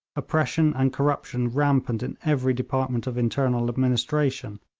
oppression and corruption rampant in every department of internal administration,